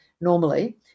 normally